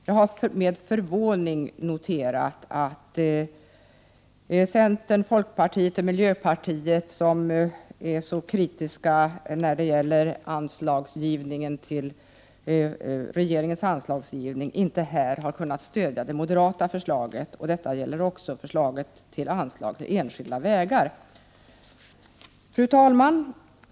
Jag har med förvåning noterat att centern, folkpartiet och miljöpartiet som är så kritiska till anslagsgivningen inte har kunnat stödja det moderata förslaget — detta gäller också anslaget till enskilda vägar. Fru talman!